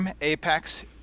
Apex